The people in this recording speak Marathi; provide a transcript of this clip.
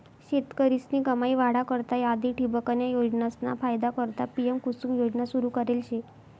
शेतकरीस्नी कमाई वाढा करता आधी ठिबकन्या योजनासना फायदा करता पी.एम.कुसुम योजना सुरू करेल शे